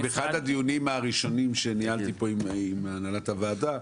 באחד הדיונים הראשונים שניהלתי כאן עם הנהלת הוועדה,